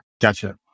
Gotcha